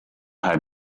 had